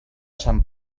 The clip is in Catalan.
sant